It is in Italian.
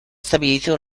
stabilito